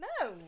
no